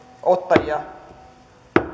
ottajia